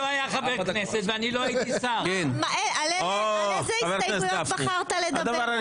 על איזה הסתייגויות בחרת לדבר?